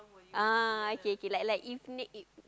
ah K K like like evening eve~